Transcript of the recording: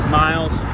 miles